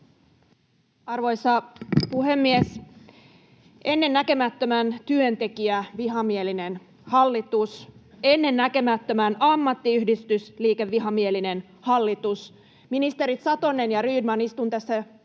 Arvoisa puhemies! Ennennäkemättömän työntekijävihamielinen hallitus, ennennäkemättömän ammattiyhdistysliikevihamielinen hallitus. Ministerit Satonen ja Rydman, istun tässä ministeriaition